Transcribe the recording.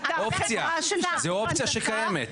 זה אופציה שקיימת,